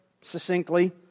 succinctly